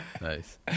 Nice